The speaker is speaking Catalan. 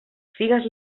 figues